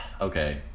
Okay